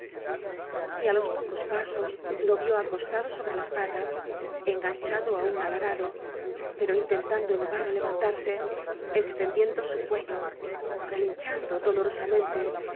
á los pocos pasos lo vio acostado sobre las patas enganchado aún al arado pero inten tando en vano levantarse extendiendo su cue llo relinchando dolorosamente